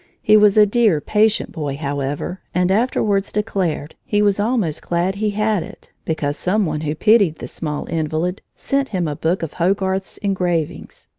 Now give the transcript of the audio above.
he was a dear, patient boy, however, and afterwards declared he was almost glad he had it because some one who pitied the small invalid sent him a book of hogarth's engravings.